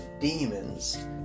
demons